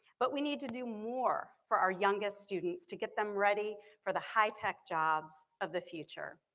but we need to do more for our youngest students to get them ready for the high-tech jobs of the future.